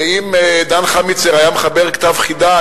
ואם דן חמיצר היה מחבר כתב חידה,